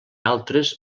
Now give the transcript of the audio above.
altres